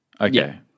Okay